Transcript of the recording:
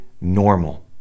normal